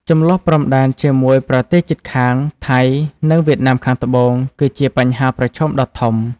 ជម្លោះព្រំដែនជាមួយប្រទេសជិតខាង ថៃ និងវៀតណាមខាងត្បូង គឺជាបញ្ហាប្រឈមដ៏ធំ។